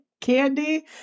Candy